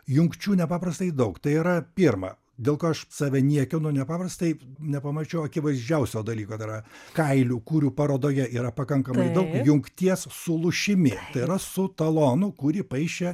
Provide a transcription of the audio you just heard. jungčių nepaprastai daug tai yra pirma dėl ko aš save niekinu nepaprastai nepamačiau akivaizdžiausio dalyko tai yra kailių kurių parodoje yra pakankamai daug jungties su lūšimi tai yra su talonu kurį paišė